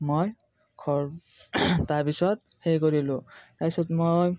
মই ঘৰ তাৰপিছত সেই কৰিলোঁ তাৰপিছত মই